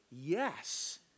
Yes